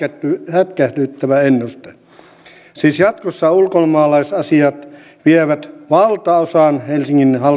hätkähdyttävä ennuste siis jatkossa ulkomaalaisasiat vievät valtaosan helsingin